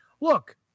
look